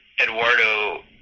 Eduardo